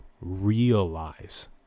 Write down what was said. realize